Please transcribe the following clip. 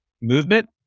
movement